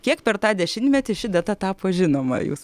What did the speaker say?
kiek per tą dešimtmetį ši data tapo žinoma jūs